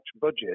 budget